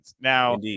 Now